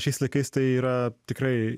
šiais laikais tai yra tikrai